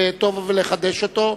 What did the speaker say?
וטוב לחדש אותו.